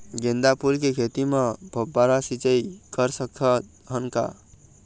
गेंदा फूल के खेती म फव्वारा सिचाई कर सकत हन का?